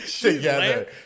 together